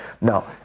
Now